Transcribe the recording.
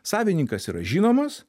savininkas yra žinomas